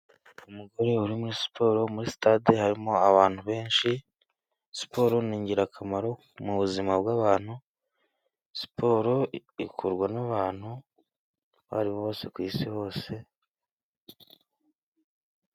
Umugore uri muri Siporo muri Sitade harimo abantu benshi, Siporo ni ingirakamaro mu buzima bw'abantu, Siporo ikorwa n'abantu abo aribo bose kwisi hose.